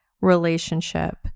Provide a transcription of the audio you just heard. relationship